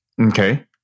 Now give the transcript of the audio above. Okay